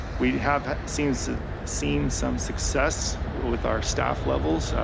we have seen so seen some success with our staff levels.